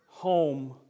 home